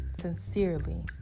Sincerely